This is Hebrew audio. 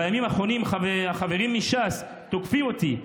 בימים האחרונים החברים מש"ס תוקפים אותי,